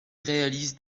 réalise